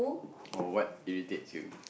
or what irritates you